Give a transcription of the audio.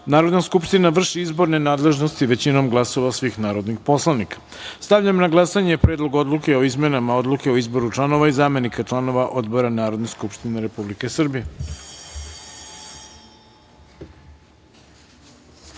Narodna skupština vrši izborne nadležnosti većinom glasova svih narodnih poslanika. Stavljam na glasanje Predlog odluke o izmenama Odluke o izboru članova i zamenika članova odbora Narodne skupštine Republike Srbije. Molim